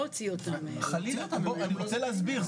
אני רוצה להסביר,